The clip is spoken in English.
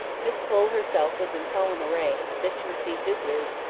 miss pole herself was in solemn array, as if to receive visitors,